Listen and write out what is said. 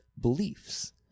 beliefs